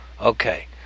Okay